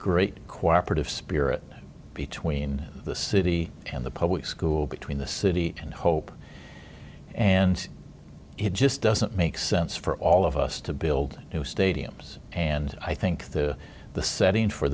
great cooperative spirit between the city and the public school between the city and hope and it just doesn't make sense for all of us to build new stadiums and i think the the setting for